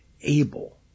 able